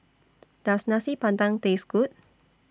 Does Nasi Padang Taste Good